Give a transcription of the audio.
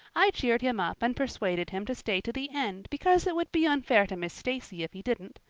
i cheered him up and persuaded him to stay to the end because it would be unfair to miss stacy if he didn't.